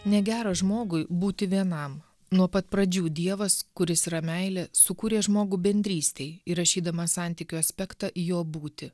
negera žmogui būti vienam nuo pat pradžių dievas kuris yra meilė sukūrė žmogų bendrystei įrašydamas santykių aspektą į jo būtį